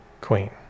queen